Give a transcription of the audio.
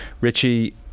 Richie